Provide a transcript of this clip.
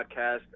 podcast